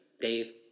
Dave